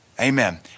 Amen